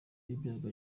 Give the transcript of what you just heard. ibyago